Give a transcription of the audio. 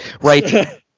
Right